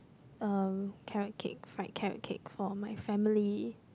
uh carrot cake fried carrot cake for my family